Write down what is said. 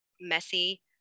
messy